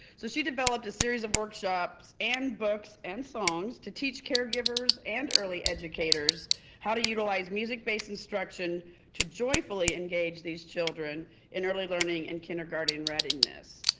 so she developed a series of workshops and books and songs to teach caregivers and early educators how to utilize music-based instruction to joyfully engage these children in early learning and kindergarten readiness.